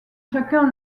chacun